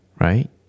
Right